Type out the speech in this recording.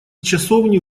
часовни